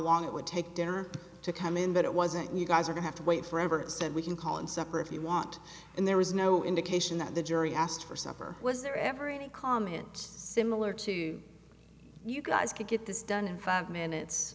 long it would take dinner to come in but it wasn't you guys are have to wait forever that we can call and supper if you want and there was no indication that the jury asked for supper was there ever any comment similar to you guys could get this done in five minutes